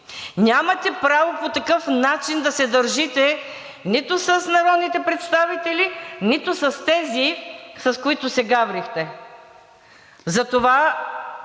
Нямате право по такъв начин да се държите нито с народните представители, нито с тези, с които се гаврихте. Затова